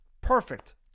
Perfect